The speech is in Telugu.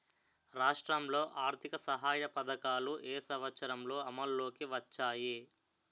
రాష్ట్రంలో ఆర్థిక సహాయ పథకాలు ఏ సంవత్సరంలో అమల్లోకి వచ్చాయి?